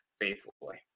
faithfully